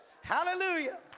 hallelujah